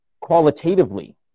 qualitatively